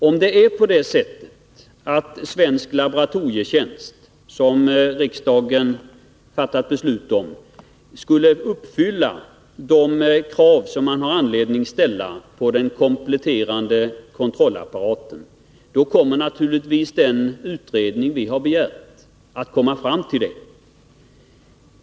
Om det är på det sättet att AB Svensk laboratorietjänst, som riksdagen fattat beslut om, skulle uppfylla de krav som man har anledning att ställa på den kompletterande kontrollapparaten, kommer naturligtvis den utredning vi har begärt att komma fram till det resultatet.